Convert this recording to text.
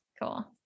Cool